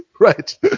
right